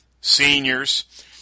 seniors